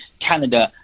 canada